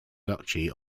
duchy